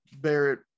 Barrett